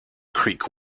creek